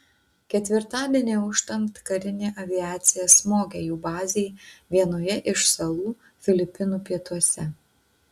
ketvirtadienį auštant karinė aviacija smogė jų bazei vienoje iš salų filipinų pietuose